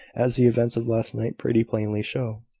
as the events of last night pretty plainly show.